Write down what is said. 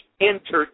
entered